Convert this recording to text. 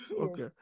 Okay